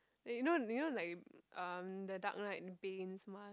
eh you know you know like um the Dark Knight Bane's mask